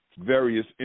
various